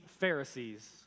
Pharisees